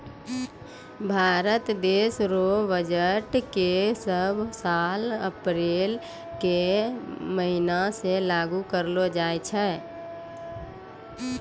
भारत देश रो बजट के सब साल अप्रील के महीना मे लागू करलो जाय छै